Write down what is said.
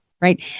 right